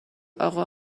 آقا